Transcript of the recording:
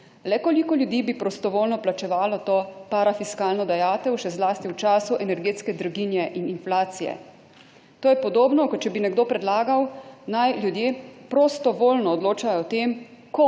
Le koliko ljudi bi prostovoljno plačevalo to parafiskalno dajatev, še zlasti v času energetske draginje in inflacije? To je podobno, kot če bi nekdo predlagal, naj ljudje prostovoljno odločajo o tem,